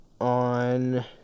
On